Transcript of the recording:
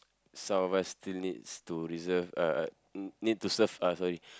some of us still needs to reserve uh need to serve uh sorry